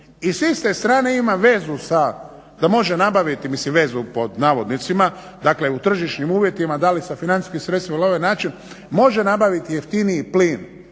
i s iste strane ima vezu da može nabaviti, mislim vezu pod navodnicima, dakle u tržišnim uvjetima, da li sa financijskim sredstvima ili ovaj način može nabaviti jeftiniji plin,